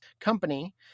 company